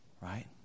right